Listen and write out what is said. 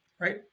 right